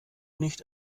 nicht